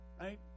right